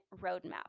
roadmap